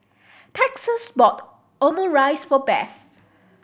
Texas bought Omurice for Beth